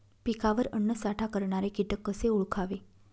पिकावर अन्नसाठा करणारे किटक कसे ओळखावे?